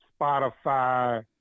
Spotify